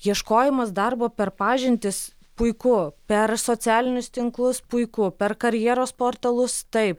ieškojimas darbo per pažintis puiku per socialinius tinklus puiku per karjeros portalus taip